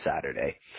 Saturday